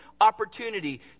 opportunity